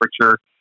temperature